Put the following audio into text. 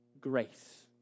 grace